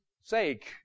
sake